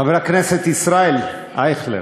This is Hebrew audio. חבר הכנסת ישראל אייכלר,